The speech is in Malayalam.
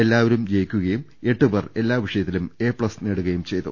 എല്ലാവരും ജയിക്കുകയും എട്ട് പേർ എല്ലാ വിഷയത്തിലും എ പ്തസ് നേടുകയും ചെയ്തു